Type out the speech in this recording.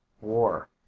war